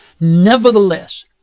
nevertheless